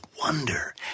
wonder